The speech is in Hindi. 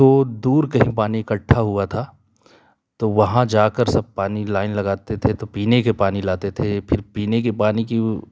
तो दूर कहीं पानी इकट्ठा हुआ था तो वहाँ जाकर सब अपनी लाइन लगते थे तो पीने के पानी लाते थे फिर पीने के पानी